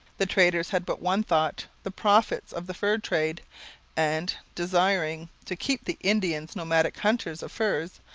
the traders had but one thought the profits of the fur trade and, desiring to keep the indians nomadic hunters of furs,